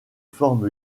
forme